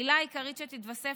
העילה העיקרית שתתווסף